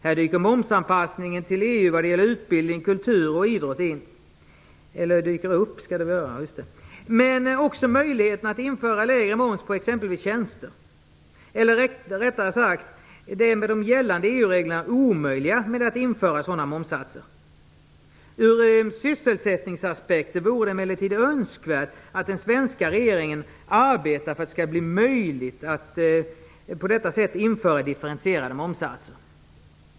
Här dyker momsanpassningen till EU vad gäller utbildning, kultur och idrott upp, men också möjligheten att införa lägre moms på exempelvis tjänster, eller rättare sagt det med de gällande EU-reglerna omöjliga i att införa sådana momssatser. Ur sysselsättningsaspekt vore det emellertid önskvärt att den svenska regeringen arbetar för att det skall bli möjligt att på detta sätt införa differentierade momssatser.